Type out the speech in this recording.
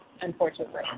Unfortunately